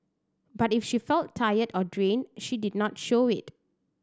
but if she felt tired or drained she did not show it